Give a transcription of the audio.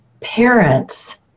parents